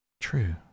True